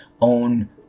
own